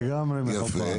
לגמרי מקובל.